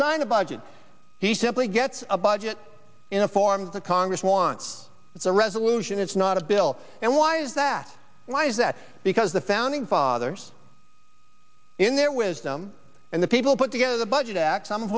sign a budget he simply gets a budget in a form the congress wants it's a resolution it's not a bill and why is that why is that because the founding fathers in their wisdom and the people put together the budget act some of